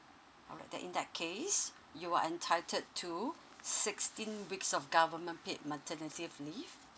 alright in that case you are entitled to sixteen weeks of government paid maternity leave